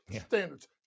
standards